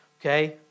okay